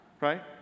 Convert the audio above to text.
right